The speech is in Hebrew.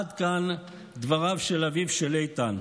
עד כאן דבריו של אביו של איתן.